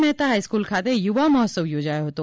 Mehta high school ખાતે યુવા મહોત્સવ યોજાયો હતો